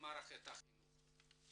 במערכת החינוך.